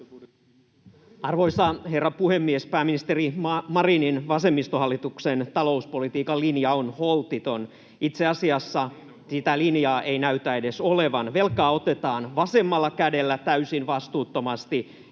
Arvoisa herra puhemies! Pääministeri Marinin vasemmistohallituksen talouspolitiikan linja on holtiton. Itse asiassa sitä linjaa ei näytä edes olevan. Velkaa otetaan vasemmalla kädellä täysin vastuuttomasti ja